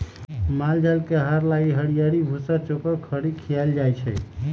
माल जाल के आहार लागी हरियरी, भूसा, चोकर, खरी खियाएल जाई छै